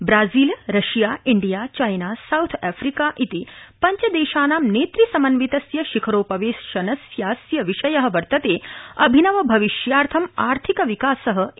Brazil Russia India China South Africa इति पञ्चदेशानां नेतृ समन्वितस्य शिखरोपवेशनस्यास्य विषय वर्तते अभिनव भविष्यार्थं आर्थिक विकास इति